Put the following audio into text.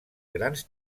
grans